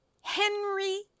Henry